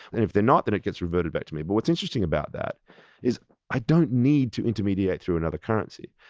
and if they're not, then it gets reverted back to me. but what's interesting about that is i don't need to intermediate through another currency.